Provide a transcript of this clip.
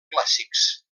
clàssics